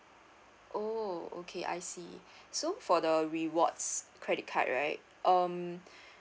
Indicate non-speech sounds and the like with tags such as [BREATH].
oh okay I see [BREATH] so for the rewards credit card right um [BREATH]